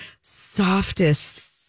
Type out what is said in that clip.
softest